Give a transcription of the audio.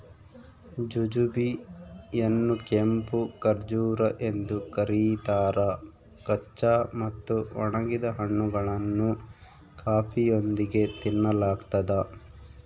jujube ಯನ್ನುಕೆಂಪು ಖರ್ಜೂರ ಎಂದು ಕರೀತಾರ ಕಚ್ಚಾ ಮತ್ತು ಒಣಗಿದ ಹಣ್ಣುಗಳನ್ನು ಕಾಫಿಯೊಂದಿಗೆ ತಿನ್ನಲಾಗ್ತದ